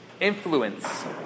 Influence